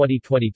2022